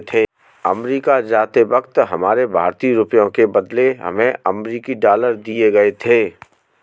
America जाते वक्त हमारे भारतीय रुपयों के बदले हमें अमरीकी डॉलर दिए गए थे